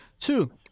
two